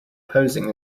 posing